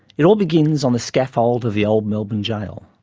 it all begins on the scaffold of the old melbourne gaol,